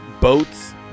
Boats